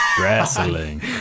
Wrestling